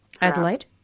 Adelaide